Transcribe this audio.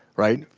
right?